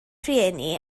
rhieni